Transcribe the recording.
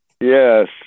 Yes